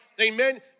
amen